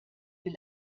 will